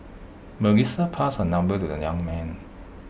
Melissa passed her number to the young man